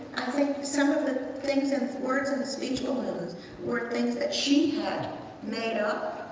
i think some of the things in words in the speech balloons were things that she had made up.